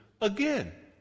again